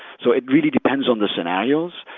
so it really depends on the scenarios.